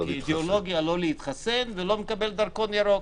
שבוחר כאידיאולוגיה לא להתחסן ולא מקבל דרכון ירוק.